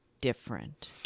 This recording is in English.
different